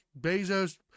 Bezos